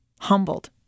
humbled